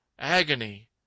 Agony